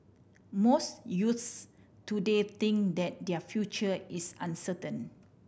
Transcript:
most youths today think that their future is uncertain